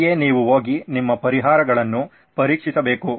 ಅಲ್ಲಿಯೇ ನೀವು ಹೋಗಿ ನಿಮ್ಮ ಪರಿಹಾರಗಳನ್ನು ಪರೀಕ್ಷಿಸಬೇಕು